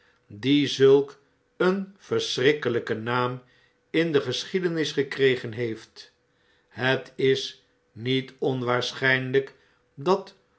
die zulk een verschrikkeln'ken naam in de geschiedenis gekregen heeft het is niet onwaarschijnljjk dat